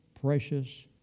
precious